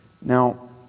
now